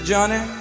Johnny